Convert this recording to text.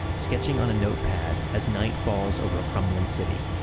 sketching on a notepad as night falls over a crumbling city.